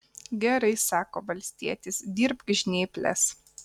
gerai sako valstietis dirbk žnyples